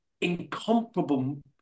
incomparable